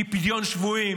כי פדיון שבויים